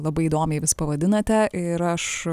labai įdomiai vis pavadinate ir aš